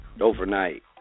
overnight